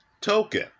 token